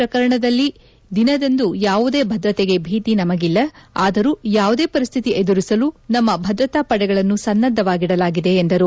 ಪ್ರಕಟಿಸುವ ದಿನದಂದು ಯಾವುದೇ ಭದ್ರತೆಗೆ ಭೀತಿ ನಮಗಿಲ್ಲ ಆದರೂ ಯಾವುದೇ ಪರಿಸ್ಥಿತಿ ಎದುರಿಸಲು ನಮ್ಮ ಭದ್ರತಾ ಪಡೆಗಳನ್ನು ಸನ್ನದ್ದವಾಗಿದೆ ಎಂದರು